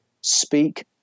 speak